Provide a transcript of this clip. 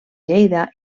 lleida